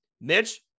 Mitch